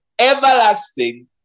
Everlasting